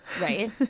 right